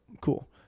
cool